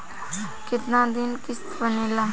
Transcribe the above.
कितना दिन किस्त बनेला?